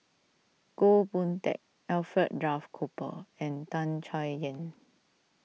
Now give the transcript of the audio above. Goh Boon Teck Alfred Duff Cooper and Tan Chay Yan